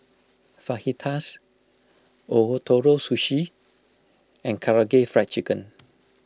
Fajitas Ootoro Sushi and Karaage Fried Chicken